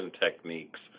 techniques